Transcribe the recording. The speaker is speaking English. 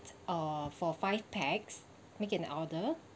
oh for five pax make an order